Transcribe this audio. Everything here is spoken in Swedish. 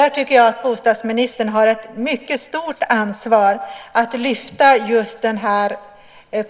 Jag tycker att bostadsministern har ett mycket stort ansvar att lyfta just det här